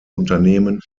unternehmen